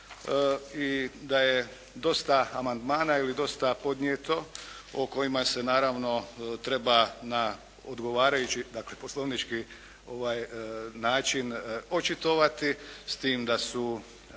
i da je dosta amandmana ili dosta podnijeto o kojima se naravno treba na odgovarajući dakle poslovnički način očitovati, s tim da su